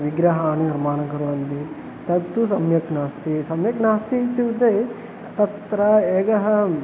विग्रहाणां निर्माणं कुर्वन्ति तत्तु सम्यक् नास्ति सम्यक् नास्ति इत्युक्ते तत्र एकः